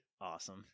Awesome